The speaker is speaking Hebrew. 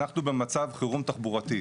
אנחנו במצב חירום תחבורתי,